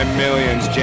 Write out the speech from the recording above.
millions